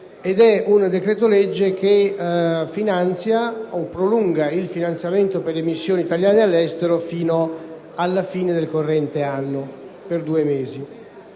Il decreto-legge in esame finanzia o prolunga il finanziamento delle missioni italiane all'estero fino alla fine del corrente anno, per due mesi.